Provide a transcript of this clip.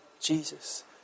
Jesus